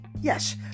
yes